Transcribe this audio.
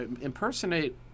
Impersonate